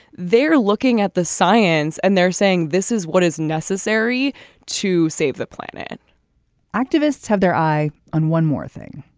they're looking at the science and they're saying this is what is necessary to save the planet activists have their eye on one more thing.